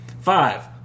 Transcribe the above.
Five